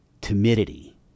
timidity